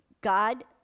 God